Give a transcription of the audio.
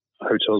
hotels